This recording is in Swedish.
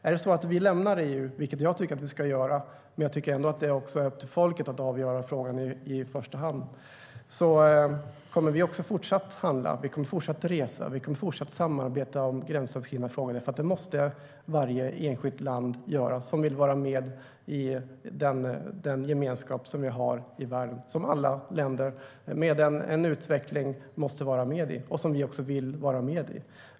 Är det så att vi lämnar EU - vilket jag tycker att vi ska göra, men jag tycker att det är upp till folket att avgöra frågan i första hand - kommer vi också fortsatt att handla, resa och samarbeta om gränsöverskridande frågor. Det måste varje enskilt land göra som vill vara med i den gemenskap som vi har i världen, som alla länder med utveckling måste vara med i och som vi också vill vara med i.